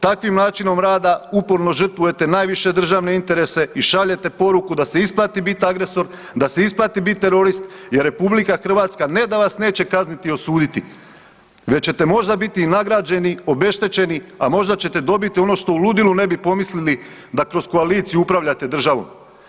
Takvim načinom rada uporno žrtvujete najviše državne interese i šaljete poruku da se isplati biti agresor, da se isplati biti terorist jer RH ne da vas neće kazniti i osuditi već ćete možda i biti nagrađeni, obeštećeni, a možda ćete dobiti ono što u ludilu ne bi pomislili da kroz koaliciju upravljate državom.